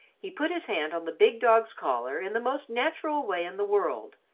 he put his hand on the big dog's collar in the most natural way in the world,